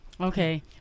Okay